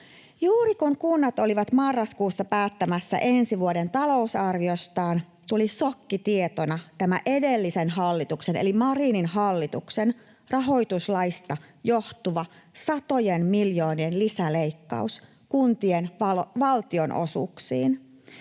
Juuri kun kunnat olivat marraskuussa päättämässä ensi vuoden talousarvioistaan, tuli sokkitietona edellisen hallituksen eli Marinin hallituksen rahoituslaista johtuva satojen miljoonien lisäleikkaus kuntien valtionosuuksiin.